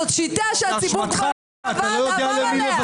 זאת שיטה שהציבור כבר עבר עליה.